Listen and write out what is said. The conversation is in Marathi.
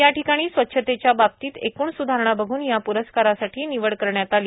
याठिकाणी स्वच्छतेच्या बाबतीत एकूण सुधारणा बघून या प्रस्कारासाठी निवड करण्यात आली